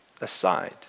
aside